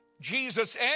Jesus